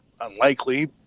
unlikely